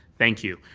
thank you.